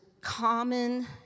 common